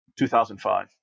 2005